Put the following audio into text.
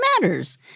matters